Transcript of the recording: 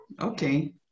Okay